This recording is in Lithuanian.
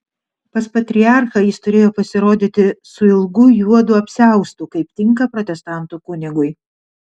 pas patriarchą jis turėjo pasirodyti su ilgu juodu apsiaustu kaip tinka protestantų kunigui